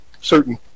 certain